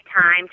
time